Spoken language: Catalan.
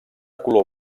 color